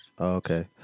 Okay